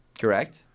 correct